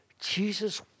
Jesus